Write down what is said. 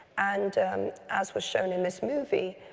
and as was shown in this movie,